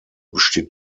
besteht